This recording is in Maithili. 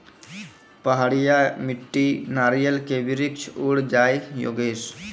पहाड़िया मिट्टी नारियल के वृक्ष उड़ जाय योगेश?